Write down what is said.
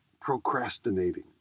procrastinating